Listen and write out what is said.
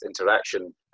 interaction